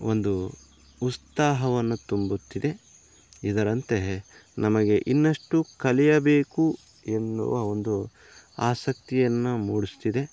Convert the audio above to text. ಒಂದು ಉತ್ಸಾಹವನ್ನು ತುಂಬುತ್ತಿದೆ ಇದರಂತೆ ನಮಗೆ ಇನ್ನಷ್ಟು ಕಲಿಯಬೇಕು ಎನ್ನುವ ಒಂದು ಆಸಕ್ತಿಯನ್ನು ಮೂಡಿಸ್ತಿದೆ